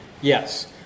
Yes